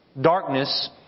darkness